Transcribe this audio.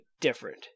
different